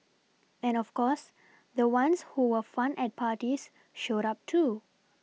and of course the ones who were fun at parties showed up too